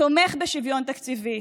תומך בשוויון תקציבי.